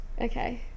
okay